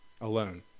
alone